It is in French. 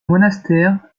monastère